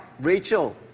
Rachel